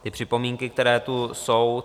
Ty připomínky, které tu jsou.